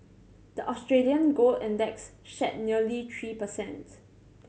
the Australian gold index shed nearly three percents